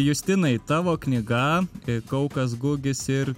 justinai tavo knyga kaukas gugis ir